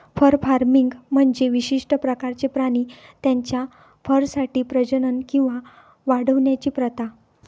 fur farming म्हणजे विशिष्ट प्रकारचे प्राणी त्यांच्या फरसाठी प्रजनन किंवा वाढवण्याची प्रथा